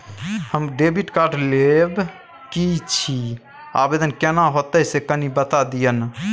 हम debit card लेब के छि, आवेदन केना होतै से कनी बता दिय न?